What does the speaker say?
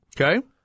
Okay